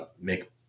make